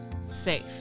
safe